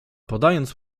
podając